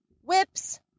whips